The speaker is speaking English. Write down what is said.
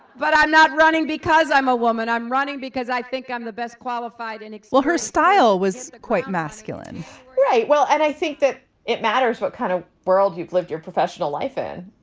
but i'm not running because i'm a woman. i'm running because i think i'm the best qualified in excel. her style was quite masculine right. well, and i think that it matters what kind of world you've lived your professional life in.